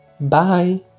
bye